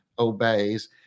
obeys